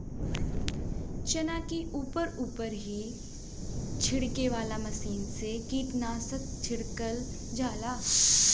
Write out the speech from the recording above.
चना के ऊपर ऊपर ही छिड़के वाला मशीन से कीटनाशक छिड़कल जाला